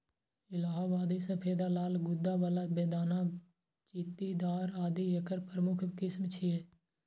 इलाहाबादी सफेदा, लाल गूद्दा बला, बेदाना, चित्तीदार आदि एकर प्रमुख किस्म छियै